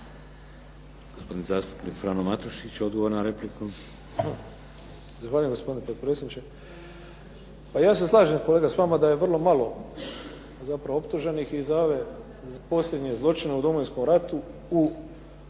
Gospodin zastupnik Frano Matušić odgovor na repliku. **Matušić, Frano (HDZ)** Zahvaljujem gospodine potpredsjedniče. Ja se slažem kolega s vama da je vrlo malo zapravo optuženih i za ove posljednje zločine u Domovinskom ratu u